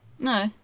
No